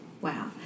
Wow